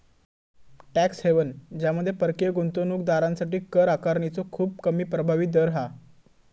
tax haven ज्यामध्ये परकीय गुंतवणूक दारांसाठी कर आकारणीचो खूप कमी प्रभावी दर हा